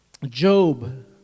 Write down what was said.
Job